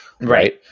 Right